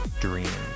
dreams